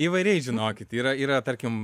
įvairiai žinokit yra yra tarkim